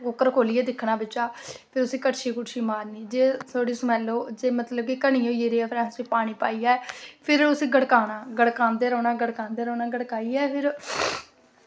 cooker खोल्लियै दिक्खना बिच्चा ते उस्सी कड़छी मारनी जे स्मैल औग जे घनी होई गेदी होग ते पानी पाइयै फिर उस्सी गड़काना गड़कांदे रौंह्ना गड़कांदे रौंह्ना ते गड़काइयै फिर